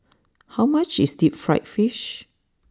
how much is deep Fried Fish